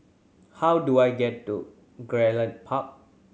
how do I get to Gerald Park